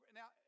now